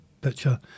picture